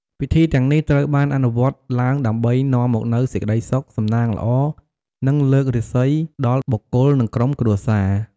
ពិធីទាំងនេះត្រូវបានអនុវត្តឡើងដើម្បីនាំមកនូវសេចក្ដីសុខ សំណាងល្អ និងលើករាសីដល់បុគ្គលនិងក្រុមគ្រួសារ។